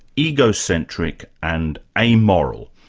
egocentric and amoral,